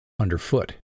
underfoot